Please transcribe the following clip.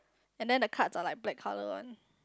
and then the cards are like black colour one